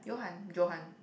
Yohan Johan